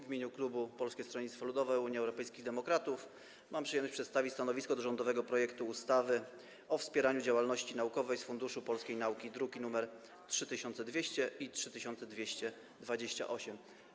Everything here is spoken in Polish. W imieniu klubu Polskiego Stronnictwa Ludowego - Unii Europejskich Demokratów mam przyjemność przedstawić stanowisko co do rządowego projektu ustawy o wspieraniu działalności naukowej z Funduszu Polskiej Nauki, druki nr 3200 i 3228.